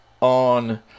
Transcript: on